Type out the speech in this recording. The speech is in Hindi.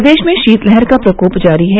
प्रदेश में शीतलहर का प्रकोप जारी है